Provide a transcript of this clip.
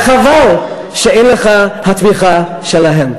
וחבל שאין לך את התמיכה שלהם.